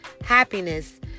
happiness